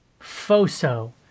FOSO